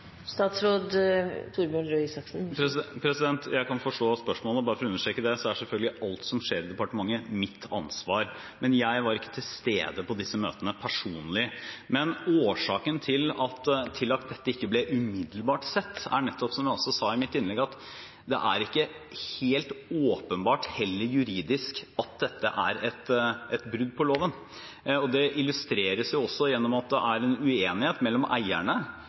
Jeg kan forstå spørsmålet. Bare for å understreke det: Alt som skjer i departementet, er mitt ansvar. Men jeg var ikke til stede på disse møtene personlig. Men årsaken til at dette ikke ble sett umiddelbart, er nettopp, som jeg også sa i mitt innlegg, at det er ikke helt åpenbart heller juridisk at dette er et brudd på loven. Det illustreres også gjennom at det er en uenighet mellom eierne,